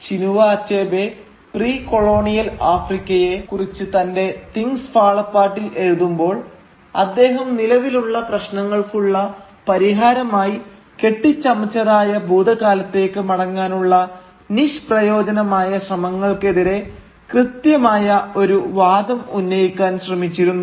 Chinua Achebe pre colonial ആഫ്രിക്കയെ കുറിച്ച് തന്റെ 'തിങ്സ് ഫാൾ അപ്പാർട്ടിൽ' എഴുതുമ്പോൾ അദ്ദേഹം നിലവിലുള്ള പ്രശ്നങ്ങൾക്കുള്ള പരിഹാരമായി കെട്ടിച്ചമച്ചതായ ഭൂതകാലത്തേക്ക് മടങ്ങാനുള്ള നിഷ്പ്രയോജനമായ ശ്രമങ്ങൾക്കെതിരെ കൃത്യമായ ഒരു വാദം ഉന്നയിക്കാൻ ശ്രമിച്ചിരുന്നു